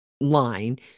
line